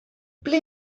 ble